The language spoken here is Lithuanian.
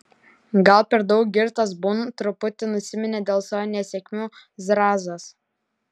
gal per daug girtas būnu truputi nusiminė dėl savo nesėkmių zrazas